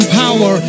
power